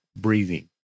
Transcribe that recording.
breathing